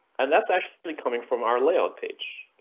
and that's actually coming from our layout page,